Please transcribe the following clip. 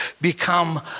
become